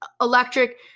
electric